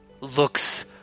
looks